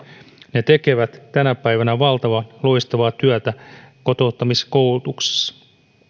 ne tekevät tänä päivänä valtavan loistavaa työtä kotouttamiskoulutuksessa